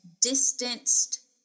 distanced